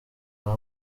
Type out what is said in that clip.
aho